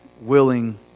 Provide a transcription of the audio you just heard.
willing